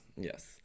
Yes